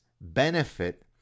benefit